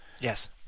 Yes